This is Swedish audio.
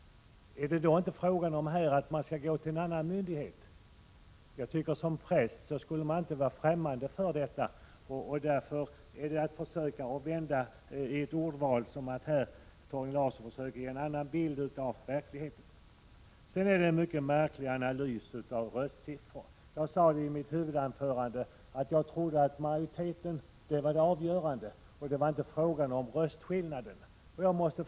Är det då inte fråga om att man skall gå till en annan myndighet? Som präst borde man inte vara främmande för detta, tycker jag. Genom sitt ordval försöker Torgny Larsson här ge en annan bild av verkligheten. Torgny Larsson gjorde en mycket märklig analys av röstsiffror. Jag sade i mitt huvudanförande att jag trodde att det avgörande var majoriteten och att det inte var fråga om skillnader i röstetal.